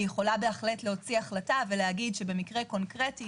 היא יכולה להוציא החלטה ולהגיד שבמקרה קונקרטי,